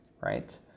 right